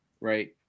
right